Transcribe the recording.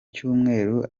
cyumweru